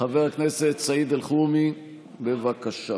חבר הכנסת סעיד אלחרומי, בבקשה.